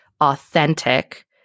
authentic